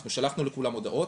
אנחנו שלחנו לכולם הודעות,